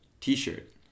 T-shirt